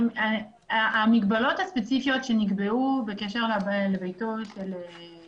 המגבלות הספציפיות שנקבעו בקשר לביתו של ראש הממשלה החליפי.